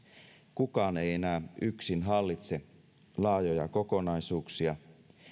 kukaan ei enää yksin hallitse laajoja kokonaisuuksia